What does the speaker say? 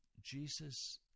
Jesus